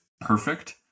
perfect